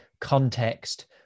context